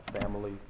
family